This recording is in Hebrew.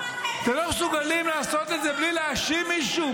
אתה לא מסוגלים לעשות את זה בלי להאשים מישהו?